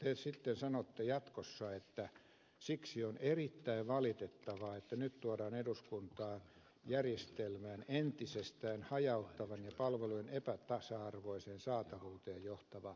te sitten sanotte jatkossa että siksi on erittäin valitettavaa että nyt tuodaan eduskuntaan järjestelmää entisestään hajauttava ja palvelujen epätasa arvoiseen saatavuuteen johtava lakiesitys